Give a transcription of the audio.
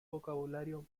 vocabulario